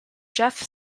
jeff